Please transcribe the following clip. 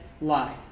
lie